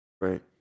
Right